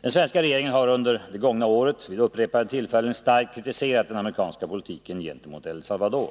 Den svenska regeringen har under det gångna året vid upprepade tillfällen starkt kritiserat den amerikanska politiken gentemot El Salvador.